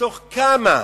מתוך כמה?